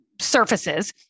surfaces